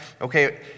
Okay